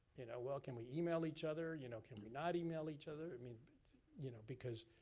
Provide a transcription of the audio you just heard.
and well can we email each other? you know can we not email each other? i mean you know because